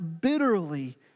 bitterly